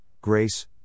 grace